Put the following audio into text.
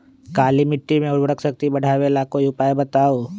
काली मिट्टी में उर्वरक शक्ति बढ़ावे ला कोई उपाय बताउ?